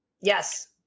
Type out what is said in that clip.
Yes